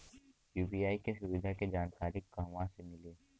UPI के सुविधा के जानकारी कहवा से मिली?